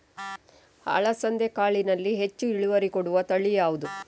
ಅಲಸಂದೆ ಕಾಳಿನಲ್ಲಿ ಹೆಚ್ಚು ಇಳುವರಿ ಕೊಡುವ ತಳಿ ಯಾವುದು?